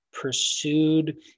pursued